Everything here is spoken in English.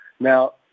Now